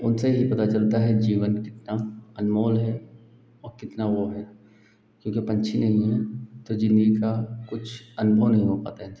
उनसे ही पता चलता है जीवन कितना अनमोल है और कितना वह है क्योंकि पक्षी हैं तो जीवन का कुछ अनमोल नहीं हो पाता इंसान